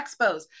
expos